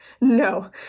No